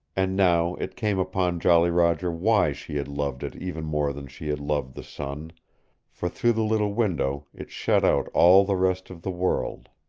and now it came upon jolly roger why she had loved it even more than she had loved the sun for through the little window it shut out all the rest of the world,